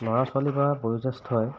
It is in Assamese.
ল'ৰা ছোৱালীৰ পৰা বয়োজ্যেষ্ঠই